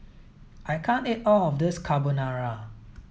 I can't eat all of this Carbonara